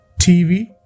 TV